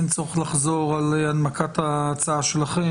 אין צורך לחזור על הנמקת ההצעה שלכם.